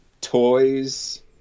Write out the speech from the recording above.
toys